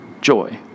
joy